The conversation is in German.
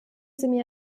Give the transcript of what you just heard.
sie